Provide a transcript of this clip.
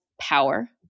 power